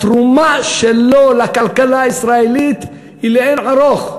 התרומה שלו לכלכלה הישראלית היא לאין ערוך.